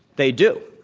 they do.